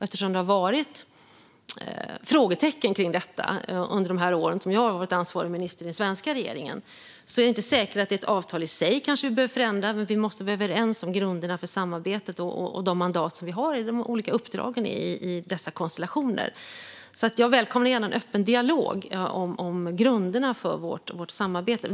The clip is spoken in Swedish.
Även om det har varit frågetecken kring detta under de år som jag har varit ansvarig minister i den svenska regeringen är det inte säkert att det är avtalet i sig vi behöver förändra, men vi måste vara överens om grunderna för samarbetet och de mandat som vi har i de olika uppdragen i dessa konstellationer. Jag välkomnar gärna en öppen dialog om grunderna för vårt samarbete.